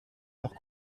leurs